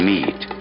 Meet